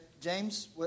James